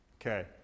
Okay